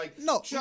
No